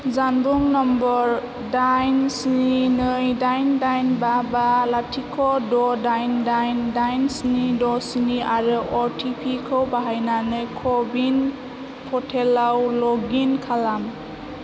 जानबुं नम्बर दाइन स्नि नै दाइन दाइन बा बा लाथिख' द' दाइन दाइन दाइन स्नि द' बा आरो अ टि पि खौ बाहायनानै क' विन पर्टेलाव लग इन खालाम